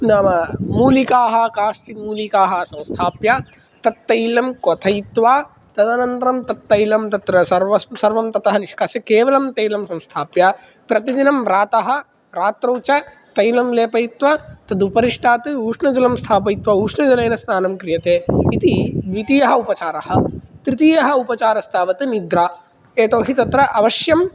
नाम मूलिकाः काश्चित् मूलिकाः संस्थाप्य तत्तैलं क्वथयित्वा तदनन्तरं तत्तैलं तत्र सर्वस् सर्वं ततः निष्कास्य केवलं तैलं संस्थाप्य प्रतिदिनं प्रातः रात्रौ च तैलं लेपयित्वा तदुपरिष्टात् उष्णजलं स्थापयित्वा उष्णजलेन स्नानं क्रियते इति द्वितीयः उपचारः तृतीयः उपचारस्तावत् निद्रा यतोहि तत्र अवश्यं